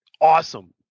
awesome